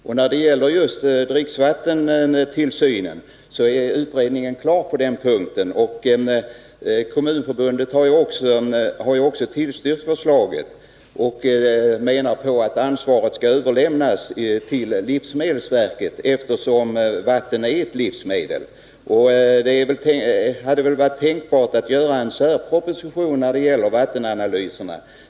Men när det gäller dricksvattentillsynen är utredningen klar, och Kommunförbundet har tillstyrkt förslaget och menar att ansvaret skall överlämnas till livsmedelsverket, eftersom vatten är ett livsmedel. Det hade väl varit tänkbart att göra en särproposition om vattenanalyserna.